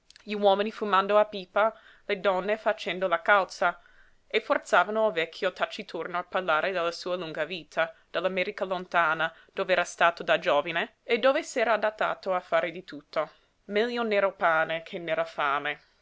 gli uomini fumando a pipa le donne facendo la calza e forzavano il vecchio taciturno a parlare della sua lunga vita dell'america lontana dov'era stato da giovine e dove s'era adattato a far di tutto meglio nero pane che nera fame